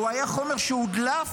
שהוא היה חומר שהודלף